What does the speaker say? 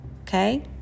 okay